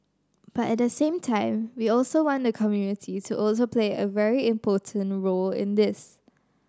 but at the same time we also want the community to also play a very important role in this